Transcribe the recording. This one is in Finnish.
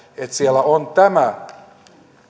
että siellä on tämä